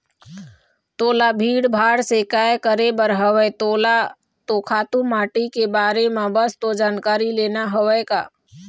तोला भीड़ भाड़ से काय करे बर हवय तोला तो खातू माटी के बारे म बस तो जानकारी लेना हवय का